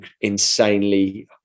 insanely